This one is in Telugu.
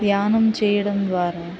ధ్యానం చేయడం ద్వారా